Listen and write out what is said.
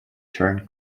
charing